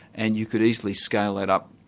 and you could easily scale that up.